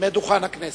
מדוכן הכנסת.